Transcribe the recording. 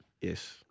Yes